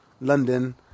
London